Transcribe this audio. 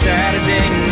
Saturday